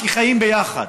כי חיים ביחד,